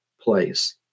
place